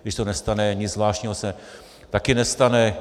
Když se to nestane, nic zvláštního se taky nestane.